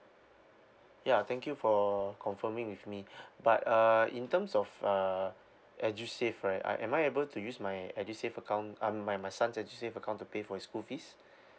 yeah thank you for confirming with me but uh in terms of uh edusave right I am I able to use my edusave account um my my son's edusave account to pay for his school fees